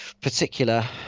particular